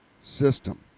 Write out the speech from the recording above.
system